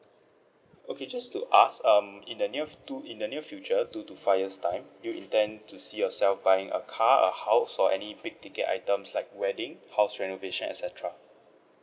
okay just to ask um in the near two in the near future two to five years time you intend to see yourself buying a car a house or any big ticket items like wedding house renovation et cetera